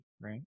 right